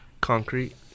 Concrete